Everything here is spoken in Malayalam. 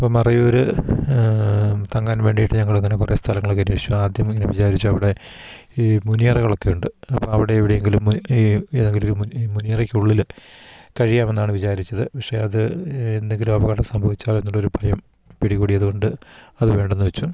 അപ്പം മറയൂർ തങ്ങാൻ വേണ്ടിയിട്ട് ഞങ്ങളിങ്ങനെ കുറേ സ്ഥലങ്ങളൊക്കെ അന്വേഷിച്ചു ആദ്യം ഇങ്ങനെ വിചാരിച്ചു അവിടെ ഈ മുനിയറകളൊക്കെ ഉണ്ട് അപ്പം അവിടെ എവിടെയെങ്കിലും മ് ഈ ഏതെങ്കിലും ഒരു മുനി മുനിയറക്കുള്ളിൽ കഴിയാമെന്നാണ് വിചാരിച്ചത് പക്ഷെ അത് എന്തെങ്കിലും അപകടം സംഭവിച്ചാലോ എന്നുള്ള ഒരു ഭയം പിടികൂടിയതുകൊണ്ട് അത് വേണ്ടെന്ന് വച്ചു